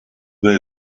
they